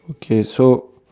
okay so